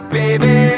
baby